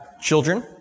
children